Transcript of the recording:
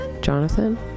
Jonathan